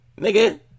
nigga